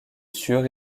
sûr